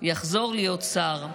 יחזור להיות שר,